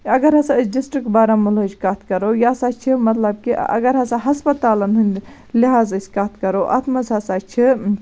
اَگَر ہَسا أسۍ ڈِسٹرک بارامُلہٕچ کتھ کَرو یہِ ہَسا چھِ مَطلَب کہِ اَگَر ہَسا ہَسپَتالَن ہٕنٛد لِحاظ أسۍ کتھ کَرو اتھ مَنٛز ہَسا چھِ